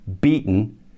beaten